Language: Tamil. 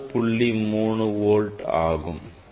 3 வோல்ட் ஆகும்